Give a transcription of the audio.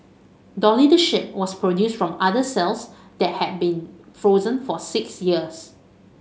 Dolly the sheep was produced from udder cells that had been frozen for six years